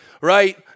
right